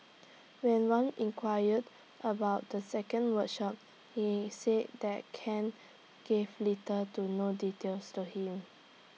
when wan inquired about the second workshop he said that Ken gave little to no details to him